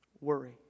Worry